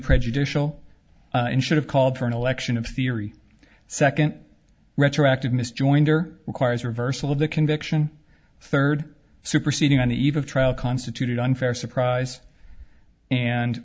prejudicial and should have called for an election of theory second retroactive miss joinder requires reversal of the conviction third superseding on the eve of trial constituted unfair surprise and